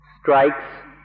strikes